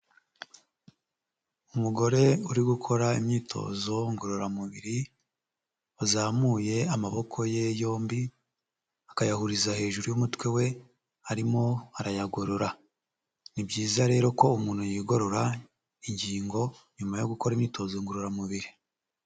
Umugore uri gukora imyitozo ngororamubiri, wazamuye amaboko ye yombi akayahuriza hejuru y'umutwe we arimo arayagorora, ni byiza rero ko umuntu yigorora ingingo nyuma yo gukora imyitozo ngororamubiri.